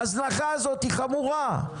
ההזנחה הזו היא חמורה.